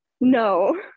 no